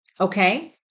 okay